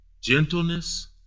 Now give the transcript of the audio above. gentleness